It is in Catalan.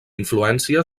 influència